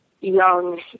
young